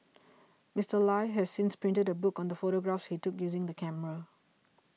Mister Lie has since printed a book on the photographs he took using the camera